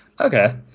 Okay